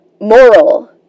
moral